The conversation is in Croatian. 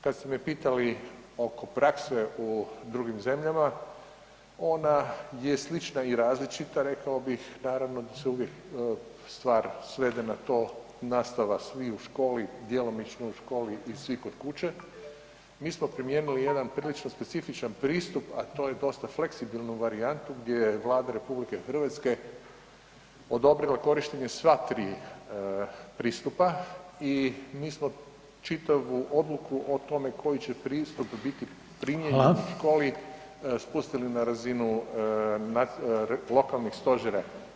Kad ste me pitali oko prakse u drugim zemljama, ona je slična i različita rekao bih, naravno da se uvijek stvar svede na to, nastava svih u školi, djelomično u školi i svi kod kuće, mi smo primijenili jedan prilično specifičan pristup a to je dosta fleksibilnu varijantu gdje je Vlada RH odobrila korištenje sva tri pristupa i mi smo čitavu obuku o tome koji će pristup biti primijenjen [[Upadica Reiner: Hvala.]] u školi, spustili na razinu lokalnih stožer.